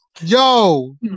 Yo